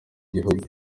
gihugu